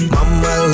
Mama